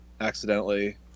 accidentally